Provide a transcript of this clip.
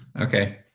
Okay